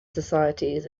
societies